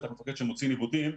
בטח מפקד שמוציא ניווטים,